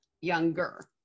younger